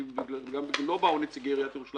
כי גם אם לא היו כאן נציגי עיריית ירושלים,